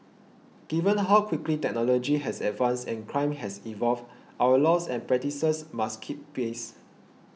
given how quickly technology has advanced and crime has evolved our laws and practices must keep pace